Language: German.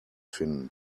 finden